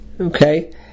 Okay